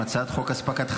הצעת חוק אספקת חשמל,